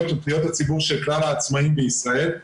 פניות הציבור של כלל העצמאים בישראל,